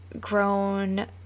grown